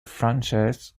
frances